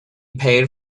paid